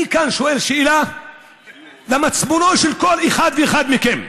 אני כאן שואל שאלה למצפונו של כל אחד ואחד מכם: